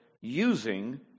using